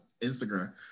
Instagram